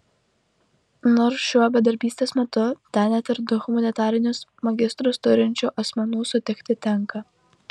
nors šiuo bedarbystės metu ten net ir du humanitarinius magistrus turinčių asmenų sutikti tenka